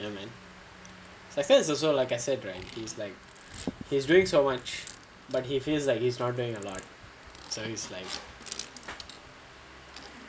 because also like I said right he is doing so much but he feels like he is not doing a lot so is like